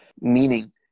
Meaning